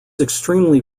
extremely